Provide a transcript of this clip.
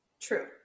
True